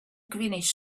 greenish